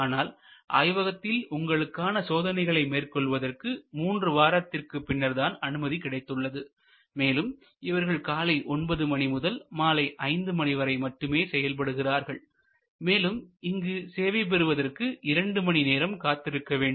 ஆனால் ஆய்வகத்தில் உங்களுக்கான சோதனைகளை மேற்கொள்வதற்கு மூன்று வாரத்திற்கு பின்னர் தான் அனுமதி கிடைத்துள்ளது மேலும் இவர்கள் காலை 9 மணி முதல் மாலை 5 மணி வரை மட்டுமே செயல்படுகிறார்கள் மேலும் இங்கு சேவை பெறுவதற்கு இரண்டு மணி நேரம் காத்திருக்க வேண்டும்